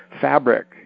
fabric